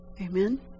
Amen